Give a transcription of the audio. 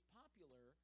popular